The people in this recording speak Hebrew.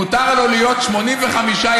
מותר לו להיות 85 ימים,